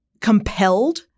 compelled